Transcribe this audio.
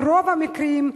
ברוב המקרים,